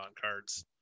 cards